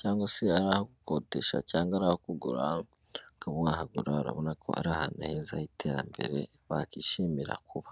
cyangwa se araho gukodesha cyangwa ari aho kugura ukaba wahagura urabona ko ari ahantu heza h'iterambere wakwishimira kuba.